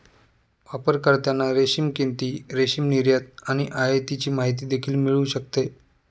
वापरकर्त्यांना रेशीम किंमती, रेशीम निर्यात आणि आयातीची माहिती देखील मिळू शकते